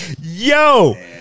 Yo